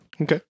Okay